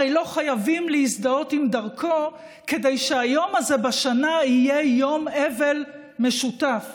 הרי לא חייבים להזדהות עם דרכו כדי שהיום הזה בשנה יהיה יום אבל משותף